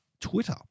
Twitter